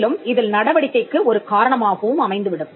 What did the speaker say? மேலும் இதில் நடவடிக்கைக்கு ஒரு காரணமாகவும் அமைந்து விடும்